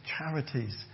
charities